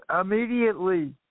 immediately